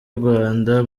rwanda